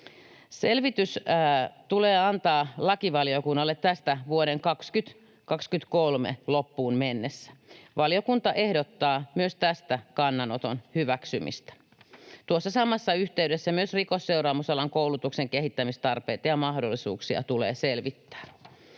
Selvitys tästä tulee antaa lakivaliokunnalle vuoden 2023 loppuun mennessä. Valiokunta ehdottaa myös tästä kannanoton hyväksymistä. Tuossa samassa yhteydessä myös rikosseuraamusalan koulutuksen kehittämistarpeita ja ‑mahdollisuuksia tulee selvittää.